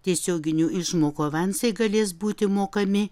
tiesioginių išmokų avansai galės būti mokami